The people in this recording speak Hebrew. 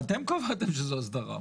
אתם קבעתם שזו הסדרה.